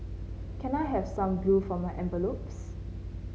can I have some glue for my envelopes